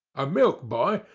a milk boy,